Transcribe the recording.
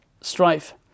strife